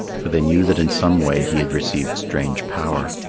for they knew that in some way he had received strange power.